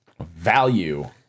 Value